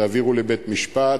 תעבירו לבית-משפט,